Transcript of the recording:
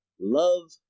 love